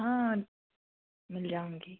हाँ मिल जाऊँगी